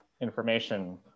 information